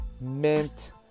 mint